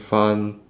fun